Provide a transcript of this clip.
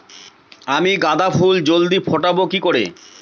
আমি গাঁদা ফুল জলদি ফোটাবো কি করে?